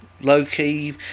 low-key